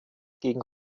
gegen